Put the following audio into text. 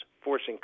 forcing